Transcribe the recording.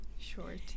short